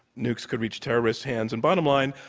nukes could reach terrorists' hands. and, bottom line,